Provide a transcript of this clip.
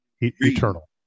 Eternal